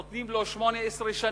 נותנים לו 18 שנים,